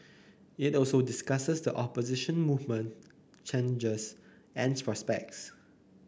it also discusses the opposition movement challenges and prospects